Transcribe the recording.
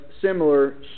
similar